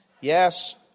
Yes